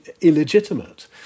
illegitimate